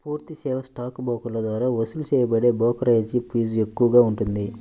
పూర్తి సేవా స్టాక్ బ్రోకర్ల ద్వారా వసూలు చేయబడే బ్రోకరేజీ ఫీజు ఎక్కువగా ఉంటుంది